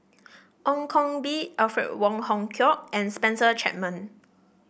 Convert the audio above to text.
Ong Koh Bee Alfred Wong Hong Kwok and Spencer Chapman